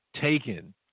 Taken